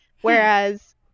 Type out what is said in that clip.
whereas